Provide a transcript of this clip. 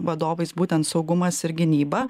vadovais būtent saugumas ir gynyba